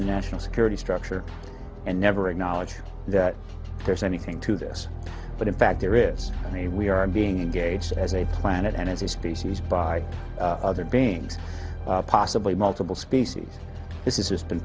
national security structure and never acknowledge that there's anything to this but in fact there is a we are being engaged as a planet and as a species by other beings possibly multiple species this is just been